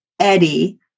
Eddie